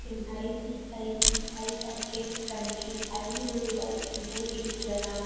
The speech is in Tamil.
என் ஐசிஐசிஐ பாக்கெட்ஸ் கணக்கில் ஐநூறு ரூபாய்க்கு மேல் இருக்கிறதா